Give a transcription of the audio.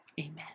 Amen